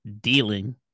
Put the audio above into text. dealing